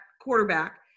quarterback